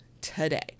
today